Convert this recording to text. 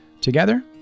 Together